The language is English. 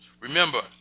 Remember